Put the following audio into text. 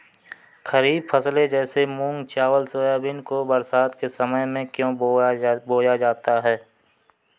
खरीफ फसले जैसे मूंग चावल सोयाबीन को बरसात के समय में क्यो बोया जाता है?